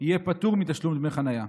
יהיה פטור מתשלום דמי חניה.